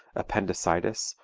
appendicitis,